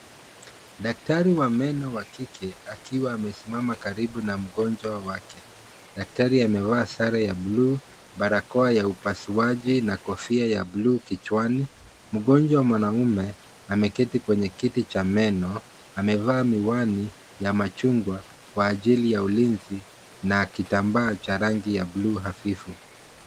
Daktari wa meno wa kike akiwa amesimama karibu na mgonjwa wake. Daktari amevaa sare ya bluu, barakoa ya upasuaji na kofia ya bluu kichwani. Mgonjwa mwanaume ameketi kwenye kiti cha meno, amevaa miwani ya machungwa, kwa ajili ya ulinzi na kitambaa cha rangi ya bluu hafifu